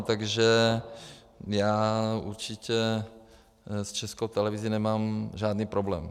Takže já určitě s Českou televizí nemám žádný problém.